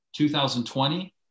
2020